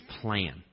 plan